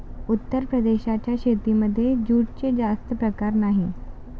उत्तर प्रदेशाच्या शेतीमध्ये जूटचे जास्त प्रकार नाही